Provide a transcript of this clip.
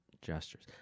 gestures